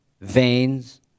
veins